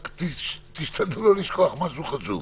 רק תשתדלו לא לשכוח משהו חשוב,